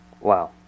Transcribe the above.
Wow